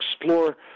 explore